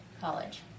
College